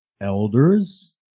elders